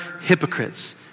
hypocrites